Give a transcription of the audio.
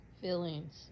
feelings